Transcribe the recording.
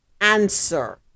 answer